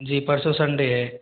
जी परसों संडे है